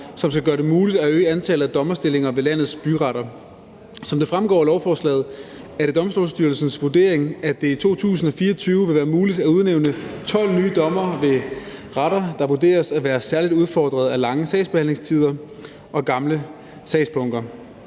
som skal gøre det muligt at øge antallet af dommerstillinger ved landets byretter. Som det fremgår af lovforslaget, er det Domstolsstyrelsens vurdering, at det i 2024 vil være muligt at udnævne 12 nye dommere ved retter, der vurderes at være særligt udfordrede af lange sagsbehandlingstider og gamle sagsbunker.